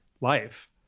life